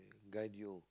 guide you